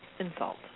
Insult